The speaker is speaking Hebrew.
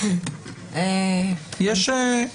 כן.